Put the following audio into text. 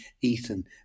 Ethan